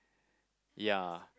ya